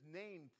name